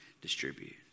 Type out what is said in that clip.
distribute